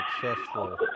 successful